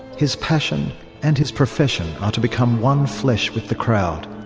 his passion and his profession are to become one flesh with the crowd.